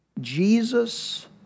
Jesus